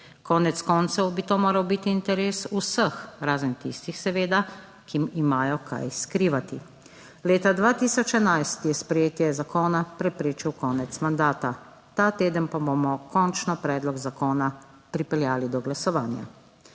Konec koncev bi to moral biti interes vseh, razen tistih seveda, ki imajo kaj skrivati. Leta 2011 je sprejetje zakona preprečil konec mandata. Ta teden pa bomo končno predlog zakona pripeljali do glasovanja.